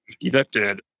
evicted